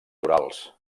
torals